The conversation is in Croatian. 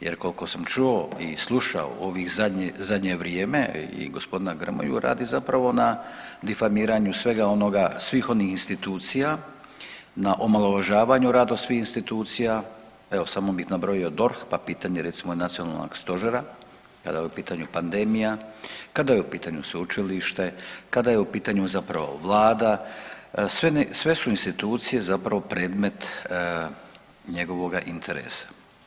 Jer koliko sam čuo i slušao u ovih zadnje vrijeme i gospodina Grmoju radi zapravo na difamiranju svega onoga, svih onih institucija, na omalovažavanju rada svih institucija, evo samo bih nabrojio DORH pa pitanje recimo i nacionalnog stožera kada je u pitanju pandemija, kada je u pitanju sveučilište, kada je u pitanju zapravo vlada, sve su institucije zapravo predmet njegovoga interesa.